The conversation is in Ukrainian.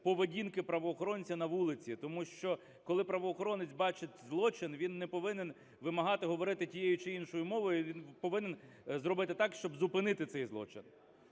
поведінки правоохоронця на вулиці. Тому що, коли правоохоронець бачить злочин, він не повинен вимагати говорити тією чи іншою мовою, а він повинен зробити так, щоб зупинити цей злочин.